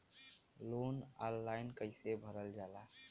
Loan online कइसे भरल जाला?